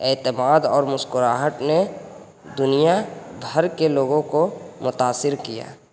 اعتماد اور مسکراہٹ نے دنیا بھر کے لوگوں کو متاثر کیا